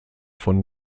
von